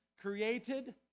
created